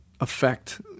affect